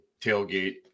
tailgate